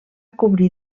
cobrir